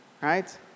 Right